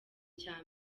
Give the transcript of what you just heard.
cya